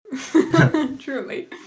Truly